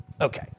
Okay